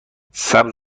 سبز